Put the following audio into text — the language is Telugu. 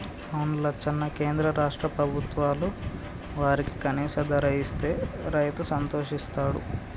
అవును లచ్చన్న కేంద్ర రాష్ట్ర ప్రభుత్వాలు వారికి కనీస ధర ఇస్తే రైతు సంతోషిస్తాడు